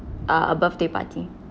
uh a birthday party